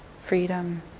freedom